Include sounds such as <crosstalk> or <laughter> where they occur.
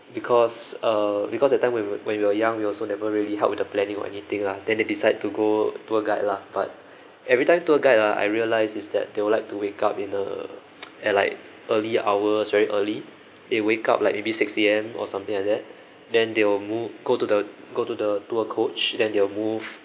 because uh because that time when when we are young we also never really help the planning or anything lah then they decide to go tour guide lah but everytime tour guide ah I realise is that they would like to wake up in the <noise> at like early hours very early they wake up like maybe six A_M or something like that then they'll mo~ go to the go to the tour coach then they'll move